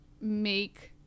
make